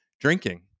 drinking